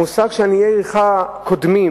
המושג "עניי עירך קודמים"